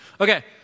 Okay